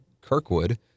Kirkwood